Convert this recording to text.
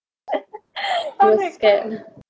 no scared